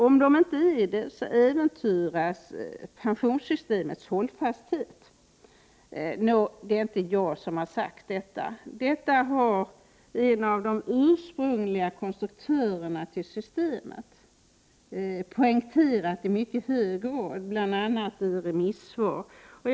Om de ändras, äventyras pensionssystemets hållfasthet. Det är inte jag som har påstått detta, utan detta har en av de ursprungliga konstruktörerna till systemet i mycket hög grad poängterat, bl.a. i remissyttranden.